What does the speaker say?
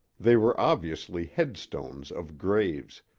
they were obviously headstones of graves,